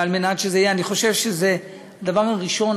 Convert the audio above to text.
אני חושב שזה דבר ראשון,